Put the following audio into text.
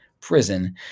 prison